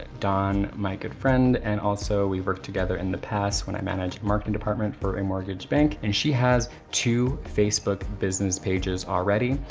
dawn, my good friend. and also we've worked together in the past when i managed marketing department for a mortgage bank, and she has two facebook business pages already,